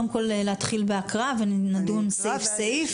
קודם כל נתחיל בהקראה ונדון סעיף סעיף.